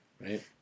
Right